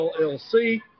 LLC